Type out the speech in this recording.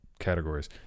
categories